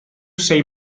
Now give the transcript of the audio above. sei